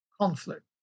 conflict